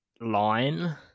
line